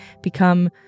become